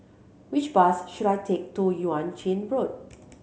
which bus should I take to Yuan Ching Road